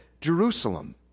Jerusalem